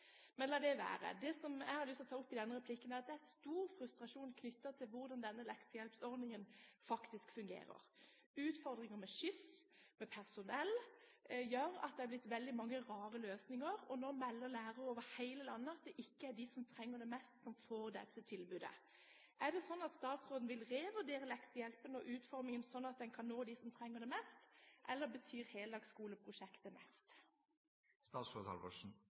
Men la det være. Det jeg har lyst til å ta opp i denne replikken, er at det er stor frustrasjon knyttet til hvordan denne leksehjelpsordningen faktisk fungerer. Utfordringer med skyss, med personell, gjør at det er blitt veldig mange rare løsninger, og nå melder lærere over hele landet at det ikke er dem som trenger det mest, som får dette tilbudet. Er det sånn at statsråden vil revurdere leksehjelpen og utformingen sånn at en kan nå dem som trenger det mest, eller betyr